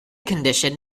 condition